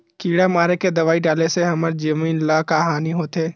किड़ा मारे के दवाई डाले से हमर जमीन ल का हानि होथे?